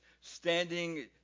standing